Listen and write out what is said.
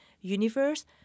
universe